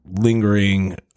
lingering